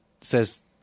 says